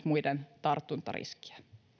muiden tartuntariskiä